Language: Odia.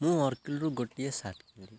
ମୁଁ ଅର୍କିଲରୁ ଗୋଟିଏ ସାର୍ଟ କିଣିଲିି